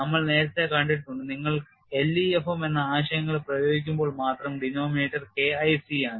നമ്മൾ നേരത്തെ കണ്ടിട്ടുണ്ട് നിങ്ങൾ LEFM എന്ന ആശയങ്ങൾ പ്രയോഗിക്കുമ്പോൾ മാത്രം ഡിനോമിനേറ്റർ K IC ആണ്